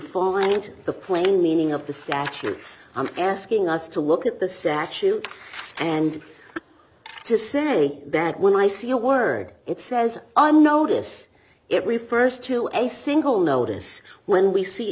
fall into the plain meaning of the statute i'm asking us to look at the statute and to say that when i see a word it says on notice it refers to any single notice when we see